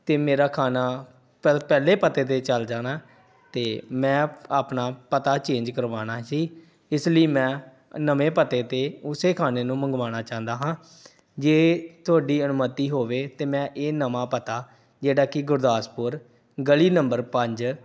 ਅਤੇ ਮੇਰਾ ਖਾਣਾ ਪਹਿ ਪਹਿਲੇ ਪਤੇ 'ਤੇ ਚੱਲ ਜਾਣਾ ਅਤੇ ਮੈਂ ਆਪਣਾ ਪਤਾ ਚੇਂਜ ਕਰਵਾਉਣਾ ਸੀ ਇਸ ਲਈ ਮੈਂ ਨਵੇਂ ਪਤੇ 'ਤੇ ਉਸ ਖਾਣੇ ਨੂੰ ਮੰਗਵਾਉਣਾ ਚਾਹੁੰਦਾ ਹਾਂ ਜੇ ਤੁਹਾਡੀ ਅਨੁਮਤੀ ਹੋਵੇ ਤਾਂ ਮੈਂ ਇਹ ਨਵਾਂ ਪਤਾ ਜਿਹੜਾ ਕਿ ਗੁਰਦਾਸਪੁਰ ਗਲੀ ਨੰਬਰ ਪੰਜ